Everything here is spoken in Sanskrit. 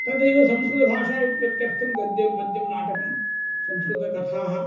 तदैव संस्कृतभाषाव्युत्पत्यर्थं गद्यं गद्यं नाटकं संस्कृतकथाः